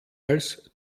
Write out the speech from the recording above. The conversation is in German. als